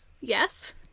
Yes